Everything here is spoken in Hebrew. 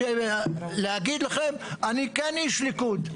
להגיד לכם אני כן איש ליכוד.